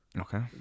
Okay